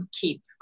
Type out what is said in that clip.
keep